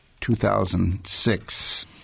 2006